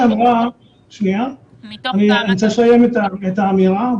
שנייה, אני רוצה לסיים את האמירה.